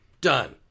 Done